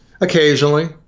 occasionally